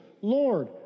Lord